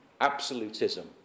absolutism